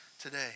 today